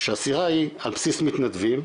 שהסירה היא על בסיס מתנדבים,